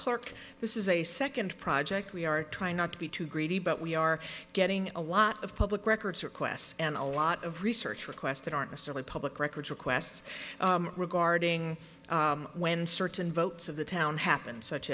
clerk this is a second project we are trying not to be too greedy but we are getting a lot of public records requests and a lot of research requests that aren't necessarily public records requests regarding when certain votes of the town happened such